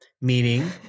Meaning